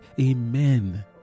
Amen